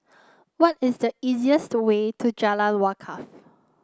what is the easiest way to Jalan Wakaff